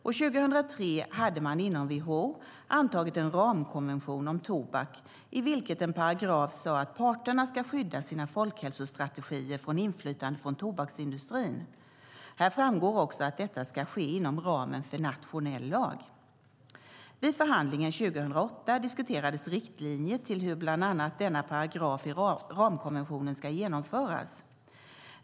År 2003 hade man inom WHO antagit en ramkonvention om tobak i vilket en paragraf sade att parterna ska skydda sina folkhälsostrategier från inflytande från tobaksindustrin. Här framgår också att detta ska ske inom ramen för nationell lag. Vid förhandlingen 2008 diskuterades riktlinjer till hur bland annat denna paragraf i ramkonventionen ska genomföras.